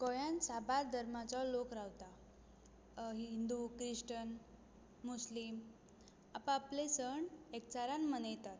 गोंयान साबार धर्माचो लोक रावतां हिंदू क्रिश्चन मुस्लिम आप आपले सण एकचारान मनयतात